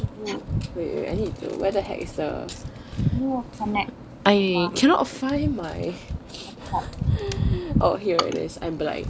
wait wait I need to where the heck is the I cannot find my oh here it is I'm blind